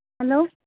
hello